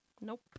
Nope